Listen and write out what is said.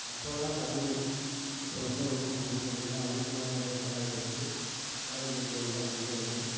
அப்போல்லாம் கம்மி இப்போது ஒன்றும் ஒன்றும் பண்ண முடியல அதிகமான ரேட்டாக ஆகிப்போச்சி காய்கறி எல்லாம் விற்கறது